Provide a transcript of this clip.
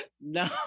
No